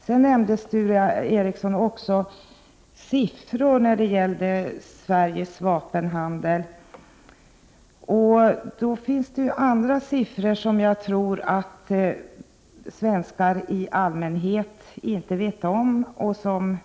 Sedan nämnde Sture Ericson också siffror på Sveriges vapenhandel. Det finns i det sammanhanget även andra siffror som jag tror att svenskar i allmänhet inte känner till,